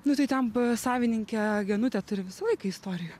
nu tai ten savininkė genutė turi visą laiką istorijų